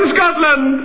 Scotland